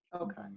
Okay